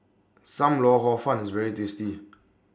SAM Lau Hor Fun IS very tasty